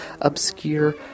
obscure